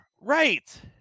Right